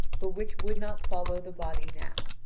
but which would not follow the body now.